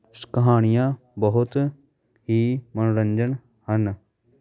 ਸ ਕਹਾਣੀਆਂ ਬਹੁਤ ਹੀ ਮਨੋਰੰਜਨ ਹਨ